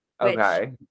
Okay